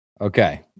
okay